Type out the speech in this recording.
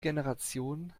generation